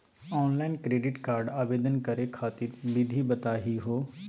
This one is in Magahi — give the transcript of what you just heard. ऑनलाइन क्रेडिट कार्ड आवेदन करे खातिर विधि बताही हो?